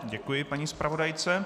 Děkuji paní zpravodajce.